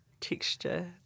texture